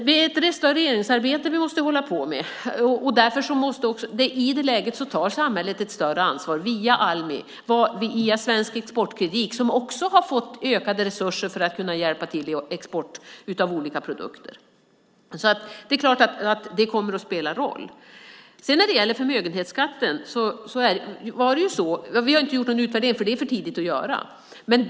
Det är ett restaureringsarbete vi måste hålla på med. I det läget tar samhället ett större ansvar via Almi och via Svensk Exportkredit som också har fått ökade resurser för att kunna hjälpa till i export av olika produkter. Det kommer givetvis att spela roll. När det gäller förmögenhetsskatten har vi inte gjort någon utvärdering eftersom det är för tidigt.